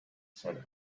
said